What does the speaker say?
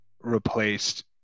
replaced